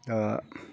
आ